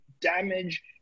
damage